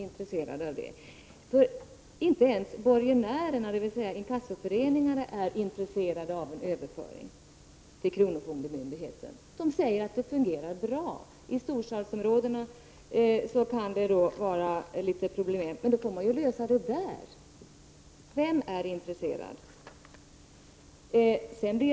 Inte ens borgenärerna, dvs. inkassoföreningarna, är intresserade av en överföring till kronofogdemyndigheterna. De säger att det fungerar bra. I storstadsområdena kan det bli litet problem, men det får man lösa där. Vem är intresserad av en överföring?